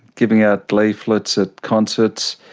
giving out leaflets at concerts,